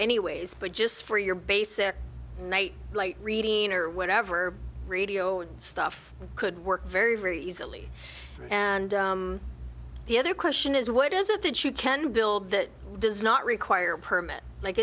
anyways but just for your basic night light reading or whatever radio stuff could work very very easily and the other question is what is it that you can build that does not require a permit like